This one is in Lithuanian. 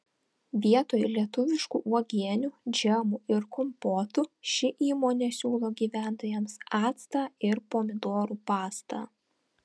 vietoj lietuviškų uogienių džemų ir kompotų ši įmonė siūlo gyventojams actą ir pomidorų pastą